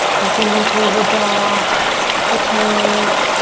open and close the jaw. spread the toes.